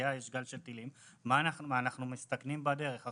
אנחנו מסתכנים בדרך.